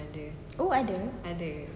oh ada